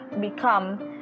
become